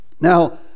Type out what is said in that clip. now